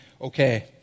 okay